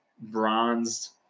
bronzed